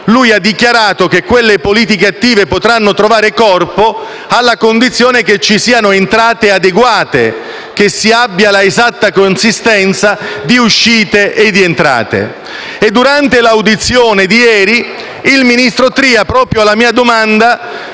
di Governo, che quelle politiche attive potranno trovare corpo alla condizione che ci siano entrate adeguate, che si abbia la esatta consistenza di uscite e di entrate. E durante l'audizione di ieri, il ministro Tria, proprio alla mia